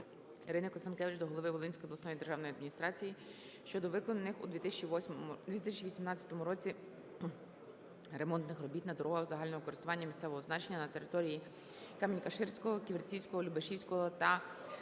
Ірини Констанкевич до голови Волинської обласної державної адміністрації щодо виконаних у 2018 році ремонтних робіт на дорогах загального користування місцевого значення на території Камінь-Каширського, Ківерцівського, Любешівського та Маневицького